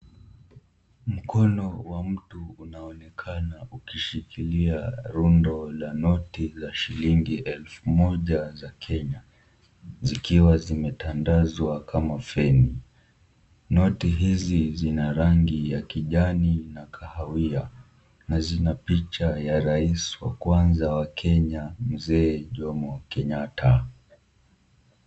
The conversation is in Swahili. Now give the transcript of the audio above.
Mkono wa mtu unaonekana ukishikilia rundo la noti la shilingi elfu moja za Kenya zikiwa zimetandazwa kama feni. Noti hizi zina rangi ya kijani na kahawia na zinapicha ya rais wa kwanza wa Kenya Mzee Jomo Kenyatta.